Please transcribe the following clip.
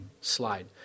slide